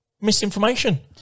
Misinformation